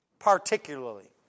particularly